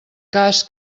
cas